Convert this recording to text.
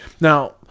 now